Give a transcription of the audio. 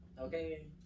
Okay